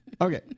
Okay